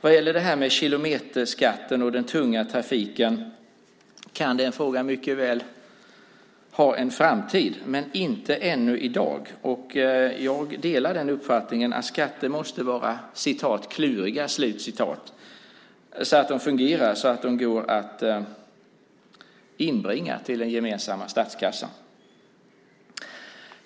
Frågan om kilometerskatten och den tunga trafiken kan mycket väl ha en framtid, men inte ännu i dag. Jag delar uppfattningen att skatter måste vara "kluriga" så att de fungerar och går att inbringa till den gemensamma statskassan.